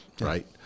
right